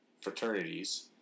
fraternities